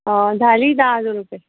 झाली दहा हजार रुपये